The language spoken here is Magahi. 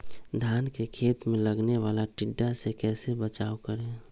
धान के खेत मे लगने वाले टिड्डा से कैसे बचाओ करें?